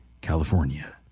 California